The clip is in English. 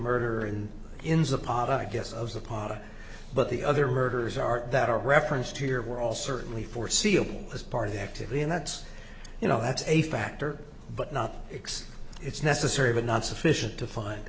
murder and in the pot i guess of the pot but the other murders are that are referenced here we're all certainly foreseeable as part of the activity and that's you know that's a factor but not x it's necessary but not sufficient to find